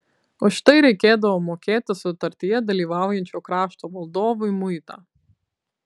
už tai reikėdavo mokėti sutartyje dalyvaujančio krašto valdovui muitą